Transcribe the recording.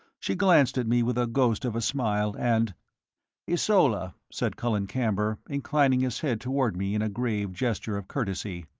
she glanced at me with a ghost of a smile, and ysola, said colin camber, inclining his head toward me in a grave gesture of courtesy,